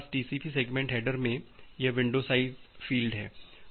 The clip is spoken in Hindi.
अब हमारे पास टीसीपी सेगमेंट हेडर में यह विंडो साइज़ फील्ड है